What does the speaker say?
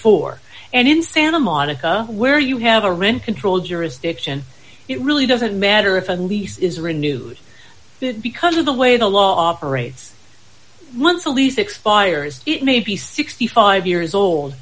dollars and in santa monica where you have a rent control jurisdiction it really doesn't matter if a lease is renewed it because of the way the law operates month lease expires it may be sixty five years old